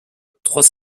trois